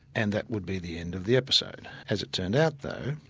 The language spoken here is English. and that would be the end of the episode. as it turned out though,